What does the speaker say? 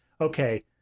okay